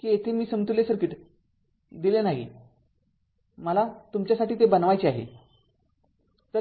की येथे ते मी समतुल्य सर्किट दिले नाही मला तुमच्यासाठी ते बनवायचे आहे